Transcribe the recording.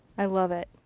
i love it.